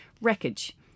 Wreckage